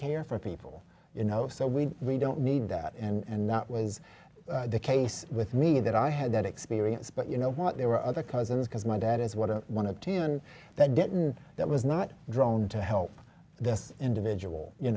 care for people you know so we don't need that and that was the case with me that i had that experience but you know what there were other cousins because my dad is what one of ten that didn't that was not drawn to help this individual you